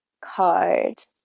card